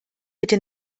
bitte